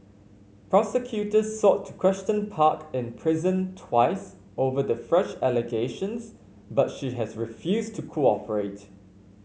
prosecutors sought to question Park in prison twice over the fresh allegations but she has refused to cooperate